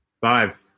Five